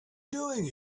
doing